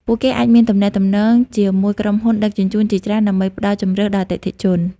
ពួកគេអាចមានទំនាក់ទំនងជាមួយក្រុមហ៊ុនដឹកជញ្ជូនជាច្រើនដើម្បីផ្តល់ជម្រើសដល់អតិថិជន។